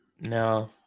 No